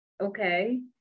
okay